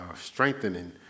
strengthening